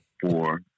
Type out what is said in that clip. four